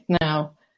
now